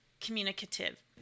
communicative